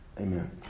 amen